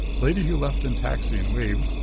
lady who left in taxi and waved,